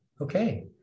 okay